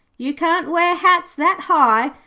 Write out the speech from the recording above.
you can't wear hats that high,